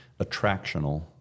attractional